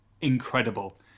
incredible